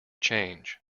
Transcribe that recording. change